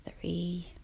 three